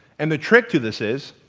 and the trick to this is